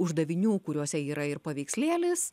uždavinių kuriuose yra ir paveikslėlis